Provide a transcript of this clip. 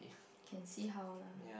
can see how lah